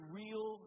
real